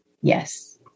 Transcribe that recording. Yes